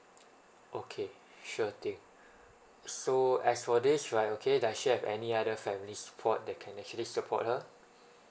okay sure thing so as for this right okay does she have any other family support that can actually support her